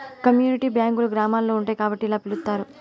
community బ్యాంకులు గ్రామాల్లో ఉంటాయి కాబట్టి ఇలా పిలుత్తారు